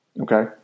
Okay